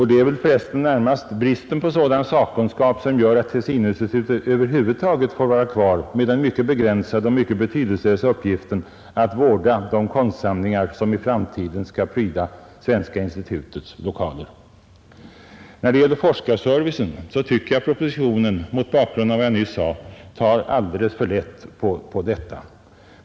Det är väl för resten närmast bristen på sådan sakkunskap som gör att Tessininstitutet över huvud taget får vara kvar med den mycket begränsade och mycket betydelselösa uppgiften att vårda de konstsam lingar som i framtiden skall pryda Svenska institutets lokaler. När det gäller forskarservicen så tycker jag att propositionen mot bakgrund av vad jag nyss sade tar alldeles för lätt på denna.